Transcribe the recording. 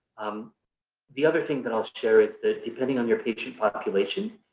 um the other thing that i'll share is depending on your patient population,